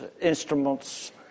instruments